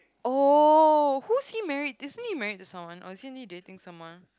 oh who's he married isn't he married to someone or isn't he dating someone